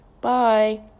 Bye